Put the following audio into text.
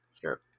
sure